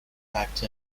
packed